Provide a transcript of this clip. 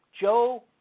Joe